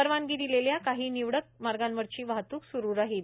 परवानगी दिलेल्या काही निवडक मार्गावरची वाहतूक सुरू राहिल